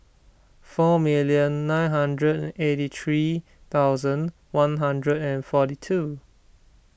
four million nine hundred and eighty three thousand one hundred and forty two